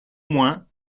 moins